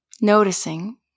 noticing